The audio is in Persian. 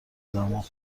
دماغ